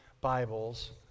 Bibles